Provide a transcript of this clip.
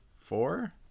four